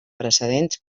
precedents